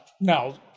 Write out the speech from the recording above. Now